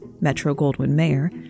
Metro-Goldwyn-Mayer